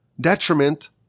detriment